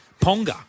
Ponga